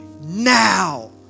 now